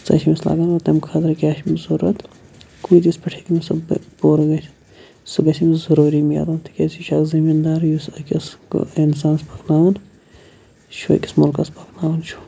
سۄ چھِ أمِس لاگان وۄنۍ تمہِ خٲطرٕ کیاہ چھُ أمس ضوٚرَتھ کۭتِس پیٹھ ہیٚکہِ مِثال پوٗرٕ سُہ گَژھِتھ سُہ گَژھِ أمِس ضروٗری مِلُن تکیازِ یہِ چھُ زٔمیٖن داری یُس أکِس اِنسانَس پَکناوُن چھُ أکِس مُلکَس پَکناوُن چھُ